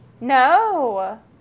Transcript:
no